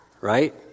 Right